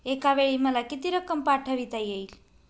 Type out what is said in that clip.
एकावेळी मला किती रक्कम पाठविता येईल?